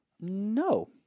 No